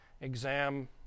exam